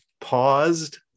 paused